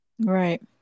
right